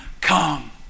come